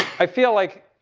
i feel like,